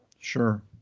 Sure